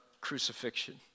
crucifixion